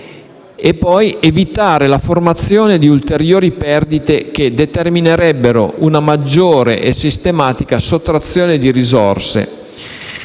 infine evitare la formazione di ulteriori perdite che determinerebbero una maggiore e sistematica sottrazione di risorse.